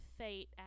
Fate